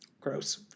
gross